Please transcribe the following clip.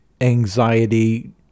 anxiety